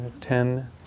ten